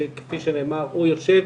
שכפי שנאמר הוא יושב,